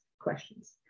questions